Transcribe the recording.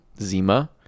zima